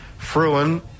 Fruin